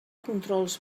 controls